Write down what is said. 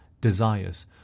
desires